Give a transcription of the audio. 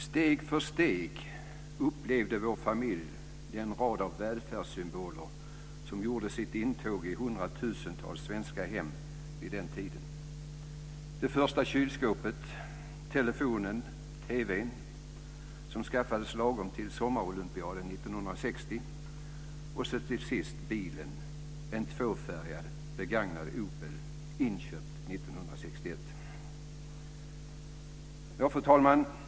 "Steg för steg upplevde vår familj den rad av välfärdssymboler som gjorde sitt intåg i hundratusentals svenska hem vid den tiden; det första kylskåpet, telefonen, TV:n - som skaffades lagom till sommarolympiaden 1960 - och så till sist bilen, en tvåfärgad begagnad Opel, inköpt 1961." Fru talman!